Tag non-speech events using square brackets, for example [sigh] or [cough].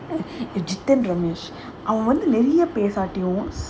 [laughs] ajeedh and ramesh அவன் வந்து ஒண்ணுமே பேசாட்டியும்:avan vandhu onnumae pesaatiyum